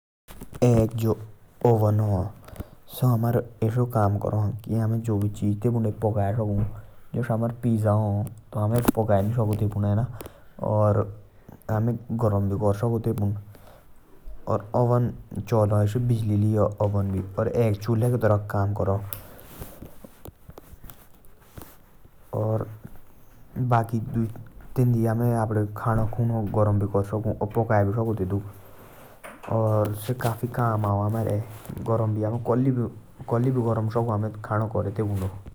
एक जो अमारो ओवेन ह । से असो कम करा कि से खानक पकाओ । जुस पिज्जा ह अमे पकाई साकु।